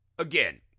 Again